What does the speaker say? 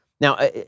Now